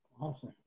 Awesome